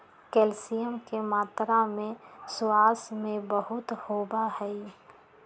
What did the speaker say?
calcium के मात्रा भी स्क्वाश में बहुत होबा हई